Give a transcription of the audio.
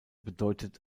bedeutet